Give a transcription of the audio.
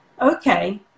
okay